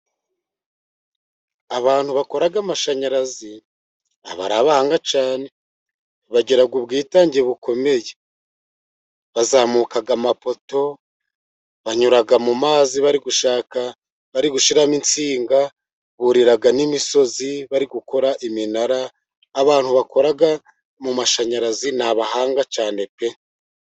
Abantu bakora amashanyarazi, baba ari abahanga cyane, bagira ubwitange bukomeye, bazamuka amapoto, banyura mu mazi bari gushaka bari gushyiramo insinga, burira n'imisozi bari gukora iminara, abantu bakora mu mashanyarazi ni abahanga cyane pe.